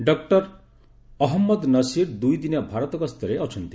doctor Mohammad Nasir ଦୁଇଦିନିଆ ଭାରତ ଗସ୍ତରେ ଅଛନ୍ତି